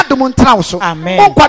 Amen